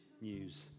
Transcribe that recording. news